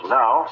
now